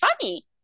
funny